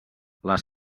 les